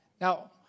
Now